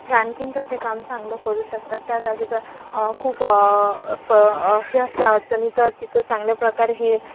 हे आणखीन तर ती काम चांगलं करू शकतात त्या जागी जर खूप स हे असल्या अडचणी तर तिथं चांगल्या प्रकारे हे